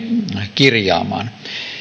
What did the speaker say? kirjaamaan